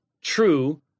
true